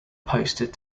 posted